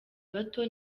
bato